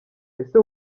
ese